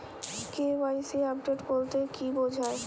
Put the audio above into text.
KYC update বলতে কি বোঝায়?